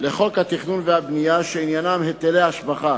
לחוק התכנון והבנייה שעניינם היטלי השבחה.